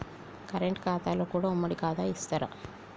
Current ఖాతాలో కూడా ఉమ్మడి ఖాతా ఇత్తరా?